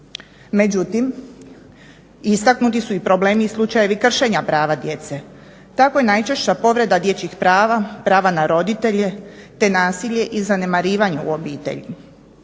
Međutim, istaknuti su i problemi i slučajevi kršenja prava djece. Tako je najčešća povreda dječjih prava, prava na roditelje, te nasilje i zanemarivanje u obitelji.